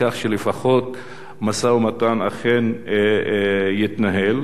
כך שלפחות משא-ומתן אכן יתנהל,